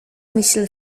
myśl